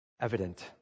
Evident